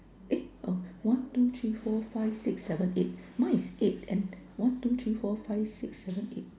eh uh one two three four five six seven eight mine is eight and one two three four five six seven eight